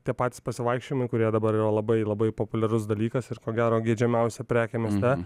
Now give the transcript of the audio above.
tie patys pasivaikščiojimai kurie dabar yra labai labai populiarus dalykas ir ko gero geidžiamiausia prekė mieste